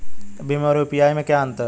भीम और यू.पी.आई में क्या अंतर है?